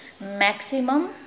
maximum